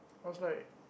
I was like